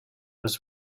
was